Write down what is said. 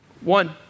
One